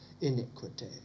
iniquity